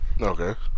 okay